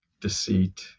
deceit